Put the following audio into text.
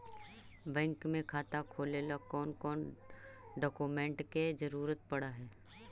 Bank में खाता खोले ल कौन कौन डाउकमेंट के जरूरत पड़ है?